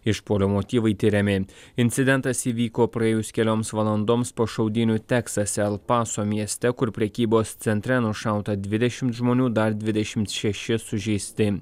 išpuolio motyvai tiriami incidentas įvyko praėjus kelioms valandoms po šaudynių teksase el paso mieste kur prekybos centre nušauta dvidešimt žmonių dar dvidešimt šeši sužeisti